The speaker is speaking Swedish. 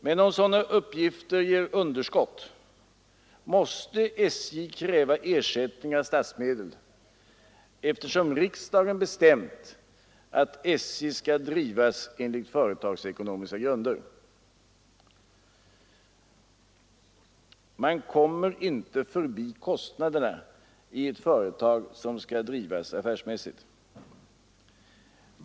Men om sådana uppgifter ger underskott måste SJ kräva ersättning av statsmedel, eftersom riksdagen bestämt att SJ skall drivas enligt företagsekonomiska principer. Man kommer inte förbi kostnaderna i ett företag som skall drivas affärsmässigt.